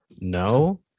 no